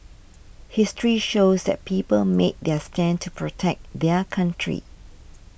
history shows that people made their stand to protect their country